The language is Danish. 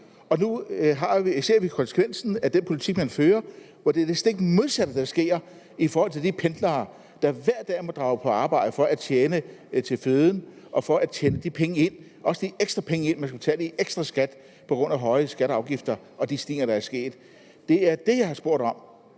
og nu ser vi konsekvensen af den politik, man fører. Det er det stik modsatte, der sker, i forhold til de pendlere, der hver dag må drage på arbejde for at tjene til føden og til skatten, og for at tjene de ekstra penge ind, de skal betale i ekstra skat på grund af de høje skatter og afgifter og de stigninger, der er sket. Det er det, jeg har spurgt om: